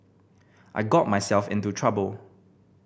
I got myself into trouble